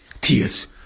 tears